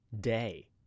day